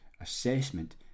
assessment